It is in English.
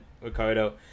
Ricardo